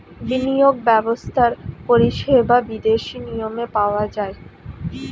বিনিয়োগ ব্যবস্থার পরিষেবা বিদেশি নিয়মে পাওয়া যায়